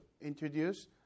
introduce